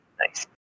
Nice